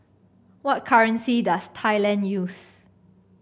what currency does Thailand use